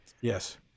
yes